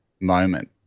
moment